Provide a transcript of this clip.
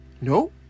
No